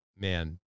man